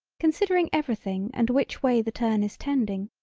considering everything and which way the turn is tending,